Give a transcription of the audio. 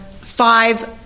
five